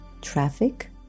Traffic